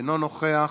אינו נוכח,